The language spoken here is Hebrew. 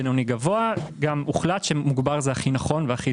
בינוני וגבוה הוחלט שמוגבר הוא הכי נכון והכי טוב.